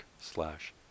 slash